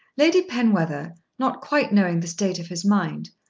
lady penwether, not quite knowing the state of his mind,